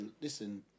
Listen